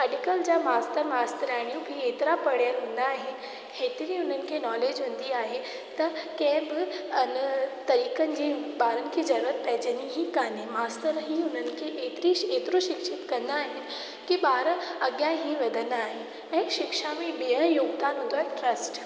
अॼुकल्ह जा मास्तर ऐं मास्ताराणी बि हेतिरा पढ़ियलु हूंदा आहिनि हेतिरी हुननि खे नॉलेज हूंदी आहे त कंहिं बि अॼुकल्ह तरीक़नि जी ॿारनि खे ज़रूरत पइजंदी कान्हे मास्तर ई हुननि खे एतिरी एतिरो शिक्षित कंदा आहिनि की ॿार अॻियां ई वधंदा आहिनि ऐं शिक्षा में ॿियो योगदानु हूंदो आहे ट्र्स्ट